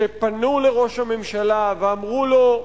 שפנו לראש הממשלה ואמרו לו: